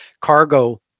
cargo